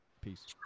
Peace